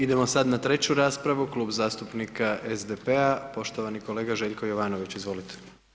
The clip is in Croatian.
Idemo sad na treću raspravu, klub zastupnika SDP-a, poštovani kolega Željko Jovanović, izvolite.